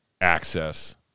access